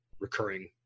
recurring